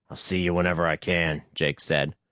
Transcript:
see you whenever i can, jake said.